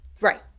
Right